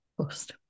post